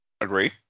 Agree